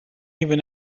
even